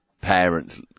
parents